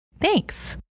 Thanks